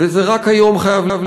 וזה חייב להיות